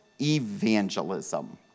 evangelism